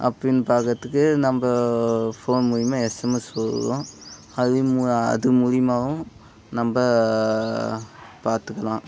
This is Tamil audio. அப்படின்னு பார்க்கறத்துக்கு நம்ப ஃபோன் மூலியமாக எஸ்எம்எஸ் வரும் அது மூ அது மூலியமாகவும் நம்ப பார்த்துக்கலாம்